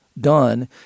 done